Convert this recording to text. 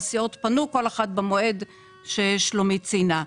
והסיעות פנו כל אחת במועד ששלומית ציינה.